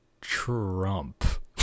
Trump